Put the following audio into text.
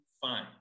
fine